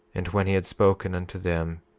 and when he had spoken unto them,